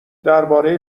درباره